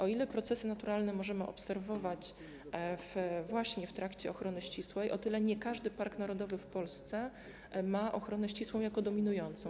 O ile procesy naturalne możemy obserwować właśnie w trakcie ochrony ścisłej, o tyle nie każdy park narodowy w Polsce ma ochronę ścisłą jako dominującą.